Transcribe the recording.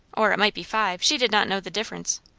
or it might be five. she did not know the difference!